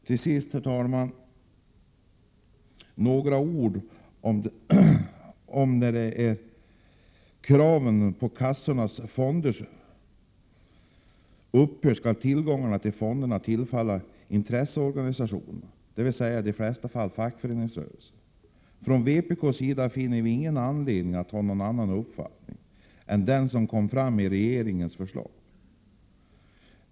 Till sist, herr talman, några ord om kravet att tillgångarna i kassornas fonder, när kassornas fondkrav upphör, skall tillfalla intresseorganisationen, dvs. i de flesta fall fackföreningarna. Från vpk:s sida har vi ingen annan uppfattning än den som kommer fram i regeringens förslag.